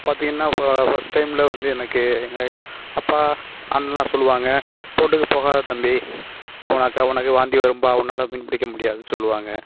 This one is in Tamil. பார்த்திங்கனா இப்போ ஃபஸ்ட் டைமில் வந்து எனக்கு எங்கள் அப்பா அண்ணலாம் சொல்லுவாங்க போட்டுக்கு போகாத தம்பி போனாக்கா உனக்கு வாந்தி வரும்பா உன்னால மீன் பிடிக்க முடியாதுனு சொல்லுவாங்க